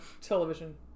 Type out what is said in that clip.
television